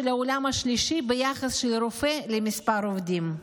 העולם השלישי ביחס של רופא למספר עובדים.